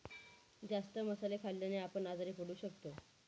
जास्त मसाले खाल्ल्याने आपण आजारी पण पडू शकतो